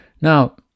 now